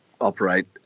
operate